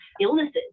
illnesses